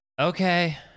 okay